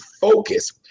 focus